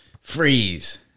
freeze